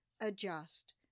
adjust